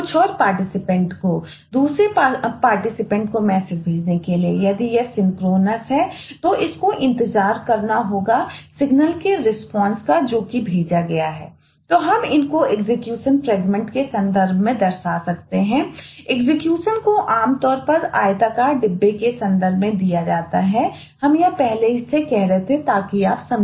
और फिर एग्जीक्यूशन को आमतौर पर आयताकार डिब्बे के संदर्भ में दिया जाता है हम यह पहले से ही कह रहे हैं ताकि आप समझे